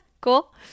Cool